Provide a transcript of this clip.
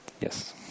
yes